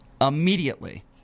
immediately